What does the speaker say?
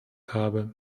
habe